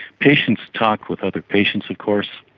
patients talk with other patients of course,